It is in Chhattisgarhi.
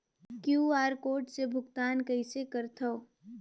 क्यू.आर कोड से भुगतान कइसे करथव?